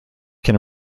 can